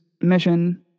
mission